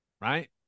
right